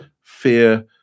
Fear